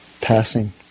passing